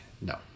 no